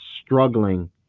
struggling